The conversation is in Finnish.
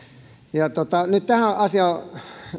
nyt tähän asiaan